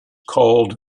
called